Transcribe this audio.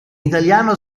italiano